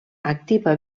activa